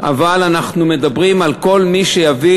אבל אנחנו מדברים על כל מי שיביא